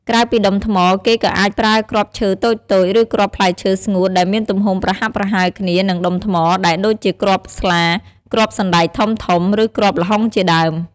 ក្រៅពីដុំថ្ម គេក៏អាចប្រើគ្រាប់ឈើតូចៗ ឬគ្រាប់ផ្លែឈើស្ងួតដែលមានទំហំប្រហាក់ប្រហែលគ្នានឹងដុំថ្មដែរដូចជាគ្រាប់ស្លា គ្រាប់សណ្ដែកធំៗ ឬគ្រាប់ល្ហុងជាដើម។